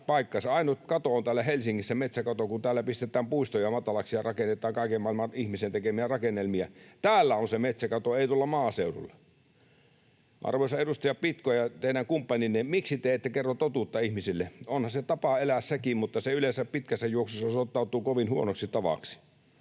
Ainut kato on täällä Helsingissä metsäkato, kun täällä pistetään puistoja matalaksi ja rakennetaan kaiken maailman ihmisen tekemiä rakennelmia. Täällä on se metsäkato, ei tuolla maaseudulla. Arvoisa edustaja Pitko ja teidän kumppaninne, miksi te ette kerro totuutta ihmisille? Onhan se tapa elää sekin, mutta se yleensä pitkässä juoksussa osoittautuu kovin huonoksi tavaksi.